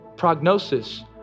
prognosis